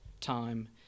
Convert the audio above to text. time